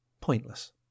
pointless